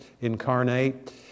incarnate